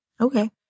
Okay